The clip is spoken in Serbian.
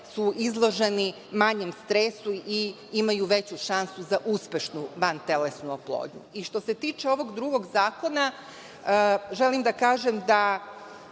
su izloženi manjem stresu i imaju veću šansu za uspešnu vantelesnu oplodnju. Što se tiče ovog drugog zakona, želim da kažem da